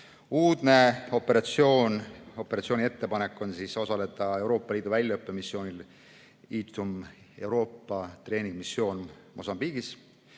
Uudne operatsiooniettepanek on osaleda Euroopa Liidu väljaõppemissioonil EUTM, Euroopa treeningmissioon Mosambiigis,